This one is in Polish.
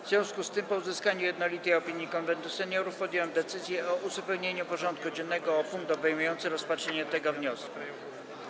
W związku z tym, po uzyskaniu jednolitej opinii Konwentu Seniorów, podjąłem decyzję o uzupełnieniu porządku dziennego o punkt obejmujący rozpatrzenie tego wniosku.